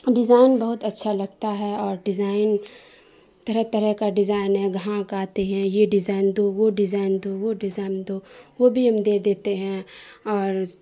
design بہت اچھا لگتا ہے اور ڈیزائن طرح طرح کا ڈیزائن ہے گانہک آتے ہیں یہ ڈیزائن دو وہ ڈیزائن دو وہ ڈیزائن دو وہ بھی ہم دے دیتے ہیں اور